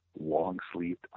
long-sleeved